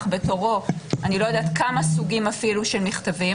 בתורו אני לא יודעת אפילו כמה סוגים של מכתבים